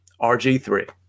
RG3